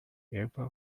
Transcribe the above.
eva